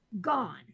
gone